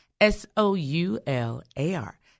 S-O-U-L-A-R